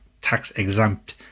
tax-exempt